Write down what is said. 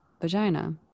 vagina